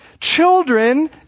Children